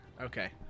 Okay